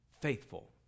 faithful